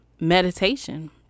meditation